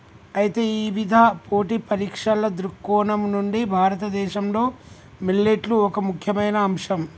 అయితే ఇవిధ పోటీ పరీక్షల దృక్కోణం నుండి భారతదేశంలో మిల్లెట్లు ఒక ముఖ్యమైన అంశం